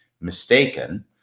mistaken